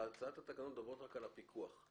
התקנות מדברות רק על הפיקוח.